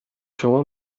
شما